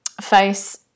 face